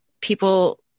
people